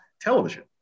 television